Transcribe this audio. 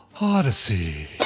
Odyssey